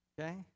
okay